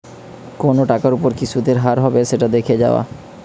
কোনো টাকার ওপর কি সুধের হার হবে সেটা দেখে যাওয়া